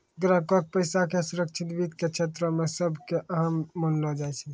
ग्राहको के पैसा के सुरक्षा वित्त के क्षेत्रो मे सभ से अहम मानलो जाय छै